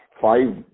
five